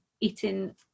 eating